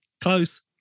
close